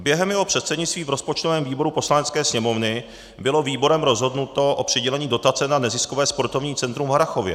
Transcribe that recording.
Během jeho předsednictví v rozpočtovém výboru Poslanecké sněmovny bylo výborem rozhodnuto o přidělení dotace na neziskové sportovní centrum v Harrachově.